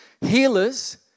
healers